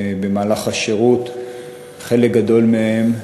במהלך השירות חלק גדול מהם,